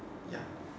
ya